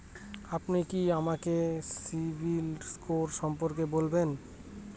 আপনি কি আমাকে সিবিল স্কোর সম্পর্কে বলবেন?